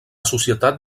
societat